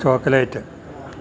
chocolate